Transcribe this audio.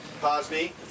Cosby